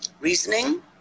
reasoning